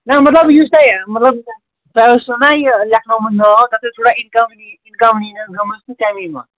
نَہ مطلب یُس تۄہہِ مطلب تۄہہِ اوسو نَہ یہِ لٮ۪کھنومُت ناو تَتھ ٲس تھوڑا اِنکَونینیَس گٔمٕژ تہٕ تَمی مۄکھ